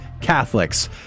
Catholics